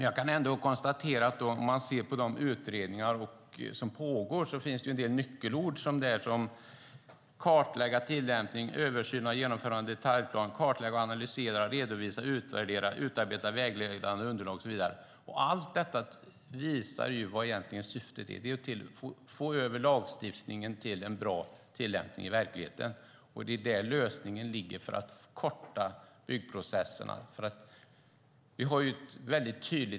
Jag kan dock konstatera att i de utredningar som pågår finns det en del nyckelord: kartlägga tillämpning, översyn av bestämmelserna om genomförande av detaljplan, kartlägga och analysera, redovisa, utvärdera, utarbeta vägledande underlag och så vidare. Allt detta visar ju vad syftet är: att få till en bra tillämpning av lagstiftningen i verkligheten. Det är där lösningen ligger för att korta byggprocesserna.